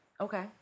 Okay